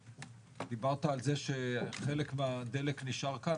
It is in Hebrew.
שדיברת על זה שחלק מהדלק נישאר כאן,